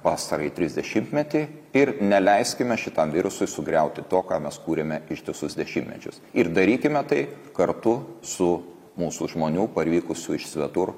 pastarąjį trisdešimtmetį ir neleiskime šitam virusui sugriauti to ką mes kūrėme ištisus dešimtmečius ir darykime tai kartu su mūsų žmonių parvykusių iš svetur